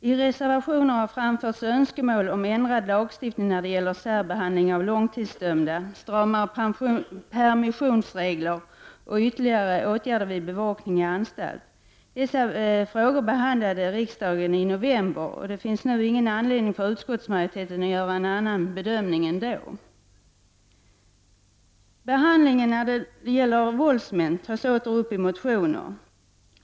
T reservationer har framförts önskemål om ändrad lagstiftning när det gäller särbehandling av långtidsdömda, stramare permissionsregler och ytterligare åtgärder vid bevakning i anstalt. Dessa frågor behandlade riksdagen i november, och det finns nu ingen anledning för utskottsmajoriteten att göra en annan bedömning än då. Behandling av våldsmän tas åter upp i motioner.